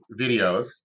videos